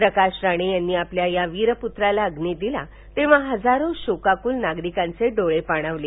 प्रकाश राणे यांनी आपल्या या वीरपुत्राला अग्नी दिला तेव्हा हजारो शोकाकूल नागरिकांचे डोळे पाणावले